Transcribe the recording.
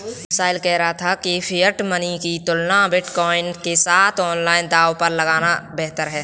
साहिल कह रहा था कि फिएट मनी की तुलना में बिटकॉइन के साथ ऑनलाइन दांव लगाना बेहतर हैं